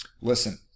listen